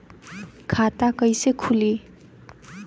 खाता कईसे खुली?